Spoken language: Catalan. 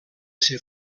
ser